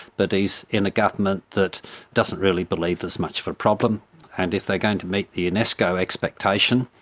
but he's in a government that doesn't really believe there's much of a problem and if they're going to meet the unesco expectation,